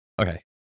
okay